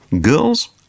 Girls